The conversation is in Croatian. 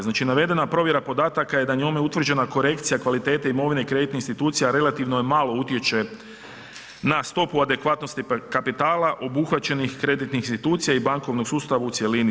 Znači, navedena provjera podataka je da je njome utvrđena korekcija kvalitete imovine i kreditnih institucija relativno malo utječe na stopu adekvatnosti kapitala obuhvaćenih kreditnih institucija i bankovnog sustava u cjelini.